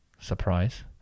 Surprise